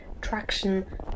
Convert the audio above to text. traction